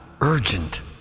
Urgent